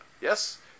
Yes